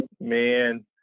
man